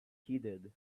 heeded